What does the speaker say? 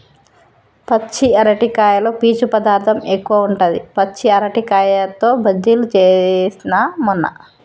పచ్చి అరటికాయలో పీచు పదార్ధం ఎక్కువుంటది, పచ్చి అరటికాయతో బజ్జిలు చేస్న మొన్న